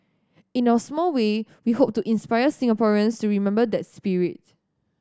in our small way we hope to inspire Singaporeans to remember that spirit